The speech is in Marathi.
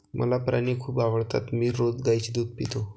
मला प्राणी खूप आवडतात मी रोज गाईचे दूध पितो